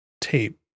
tape